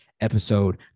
episode